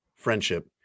Friendship